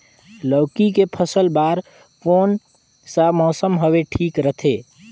लौकी के फसल बार कोन सा मौसम हवे ठीक रथे?